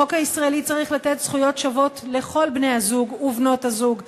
החוק הישראלי צריך לתת זכויות שוות לכל בני-הזוג ובנות-הזוג,